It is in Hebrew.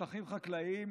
בשטחים חקלאיים.